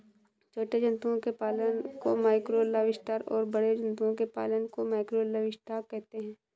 छोटे जंतुओं के पालन को माइक्रो लाइवस्टॉक और बड़े जंतुओं के पालन को मैकरो लाइवस्टॉक कहते है